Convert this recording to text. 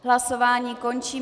Hlasování končím.